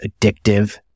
addictive